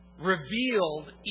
revealed